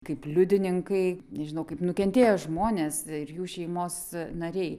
kaip liudininkai nežinau kaip nukentėję žmonės ir jų šeimos nariai